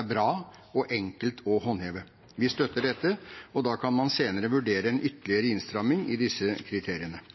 er bra og enkelt å håndheve. Vi støtter dette. Da kan man senere vurdere en ytterligere innstramming i disse kriteriene.